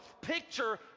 picture